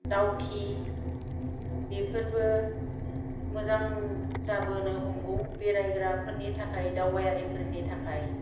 दावखि बेफोरबो मोजां जाबोनो हमगौ बेरायग्राफोरनि थाखाय दावबायारिफोरनि थाखाय